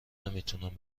نمیتونم